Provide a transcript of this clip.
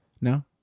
No